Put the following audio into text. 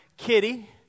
Kitty